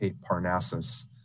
Parnassus